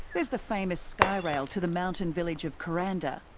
there's the famous skyrail to the mountain village of kuranda,